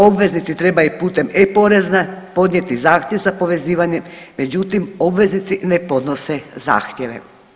Obveznici trebaju putem e-Porezne podnijeti zahtjev za povezivanjem, međutim, obveznici ne podnose zahtjeve.